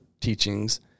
teachings